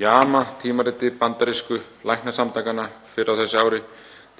JAMA, tímariti bandarísku læknasamtakanna, fyrr á þessu ári